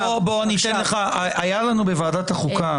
הייתה לנו בוועדת החוקה,